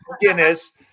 Guinness